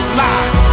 live